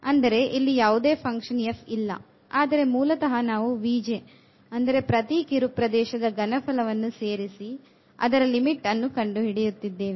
ಅಂದರೆ ಇಲ್ಲಿ ಯಾವುದೇ ಫಂಕ್ಷನ್ f ಇಲ್ಲ ಅಂದರೆ ಮೂಲತಹ ನಾವು ಅಂದರೆ ಪ್ರತಿ ಕಿರು ಪ್ರದೇಶದ ಘನಫಲವನ್ನು ಸೇರಿಸಿ ಅದರ ಲಿಮಿಟ್ ಅನ್ನು ಕಂಡುಹಿಡಿಯುತ್ತಿದ್ದೇವೆ